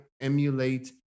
emulate